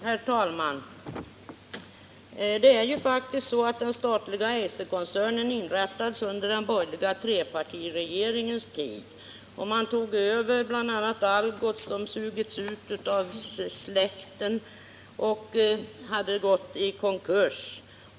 Herr talman! Det är faktiskt så att den statliga Eiserkoncernen inrättades under den borgerliga trepartiregeringens tid. Staten tog över bl.a. Algots som sugits ut av släkten och som hade gått i konkurs.